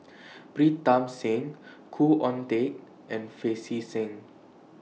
Pritam Singh Khoo Oon Teik and Pancy Seng